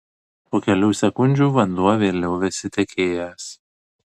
po kelių sekundžių vanduo vėl liovėsi tekėjęs